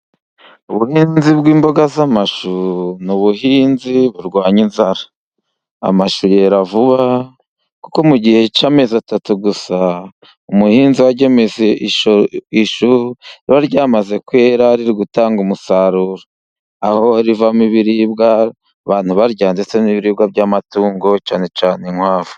Ubuhinzi bw'imboga z'amashu ni ubuhinzi burwanya inzara, amashu yera vuba kuko mu gihe cy'amezi atatu gusa, umuhinzi agemetse ishu riba ryamaze kwera riri gutanga umusaruro, aho rivamo ibiribwa barya ndetse n'ibiribwa by'amatungo, cyane cyane inkwavu.